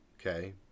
okay